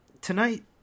tonight